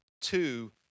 two